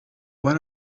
what